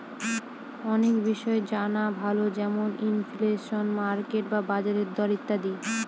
অনেক বিষয় জানা ভালো যেমন ইনফ্লেশন, মার্কেট বা বাজারের দর ইত্যাদি